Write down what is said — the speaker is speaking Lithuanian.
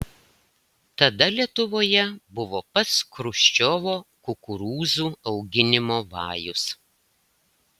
tada lietuvoje buvo pats chruščiovo kukurūzų auginimo vajus